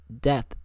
death